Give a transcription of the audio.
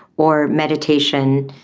or meditation,